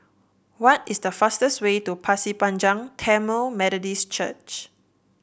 what is the fastest way to Pasir Panjang Tamil Methodist Church